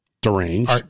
Deranged